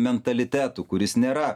mentalitetu kuris nėra